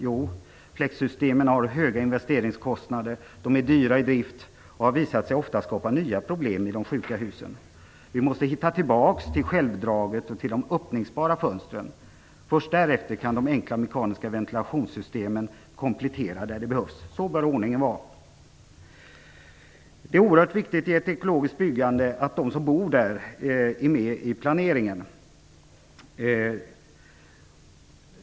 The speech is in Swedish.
Jo, fläktsystemen har höga investeringskostnader, de är dyra i drift och har ofta visat sig skapa nya problem i de sjuka husen. Vi måste hitta tillbaks till självdraget och till de öppningsbara fönstren. Först därefter kan de enkla mekaniska ventilationssystemen komplettera där det behövs. Så bör ordningen vara. I ett ekologiskt byggande är det oerhört viktigt att de som skall bo där är med i planeringen.